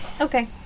Okay